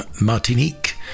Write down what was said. martinique